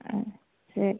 ಹಾಂ ಸರಿ